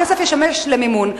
הכסף ישמש למימון.